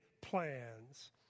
plans